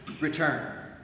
return